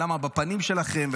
ולמה בפנים שלכם,